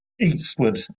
eastward